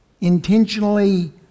intentionally